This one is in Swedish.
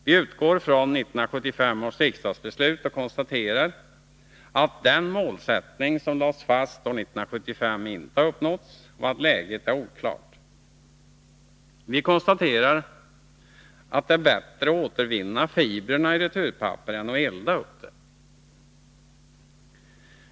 Vi utgår från 1975 års riksdagsbeslut och konstaterar att den målsättning som lades fast år 1975 inte har uppnåtts och att läget är oklart. Vi konstaterar att det är bättre att återvinna fibrerna i returpapper än att elda upp dem.